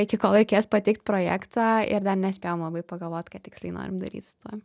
iki kol reikės pateikt projektą ir dar nespėjom labai pagalvot ką tiksliai norim daryt su tuo